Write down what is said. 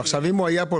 אם הוא היה פה,